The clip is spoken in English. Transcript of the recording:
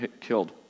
killed